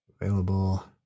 Available